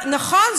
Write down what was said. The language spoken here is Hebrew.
נכון,